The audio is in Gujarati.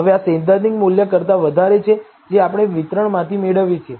હવે આ સૈદ્ધાંતિક મૂલ્ય કરતા વધારે છે જે આપણે વિતરણમાંથી મેળવીએ છીએ